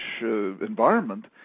environment